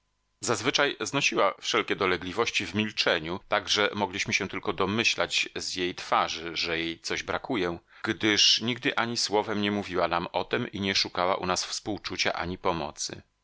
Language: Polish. zazwyczaj znosiła wszelkie dolegliwości w milczeniu tak że mogliśmy się tylko domyślać z jej twarzy że jej coś brakuje gdyż nigdy ani słowem nie mówiła nam o tem i nie szukała u nas współczucia ani pomocy